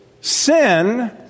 sin